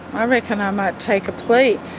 i reckon i might take a plea,